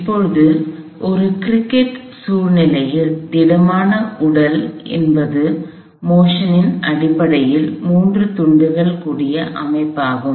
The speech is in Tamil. இப்போது ஒரு கிரிக்கெட் சூழ்நிலையில் திடமான உடல் என்பது இயக்கத்தின் அடிப்படையில் 3 துண்டுகள் கூடிய அமைப்பு ஆகும்